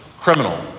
criminal